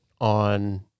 on